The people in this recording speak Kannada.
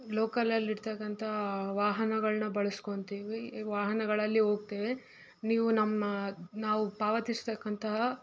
ಲೋಕಲಲ್ಲಿರ್ತಕ್ಕಂಥ ವಾಹನಗಳನ್ನ ಬಳ್ಸ್ಕೊತೀವಿ ವಾಹನಗಳಲ್ಲಿ ಹೋಗ್ತೇವೆ ನೀವು ನಮ್ಮ ನಾವು ಪಾವತಿಸತಕ್ಕಂತಹ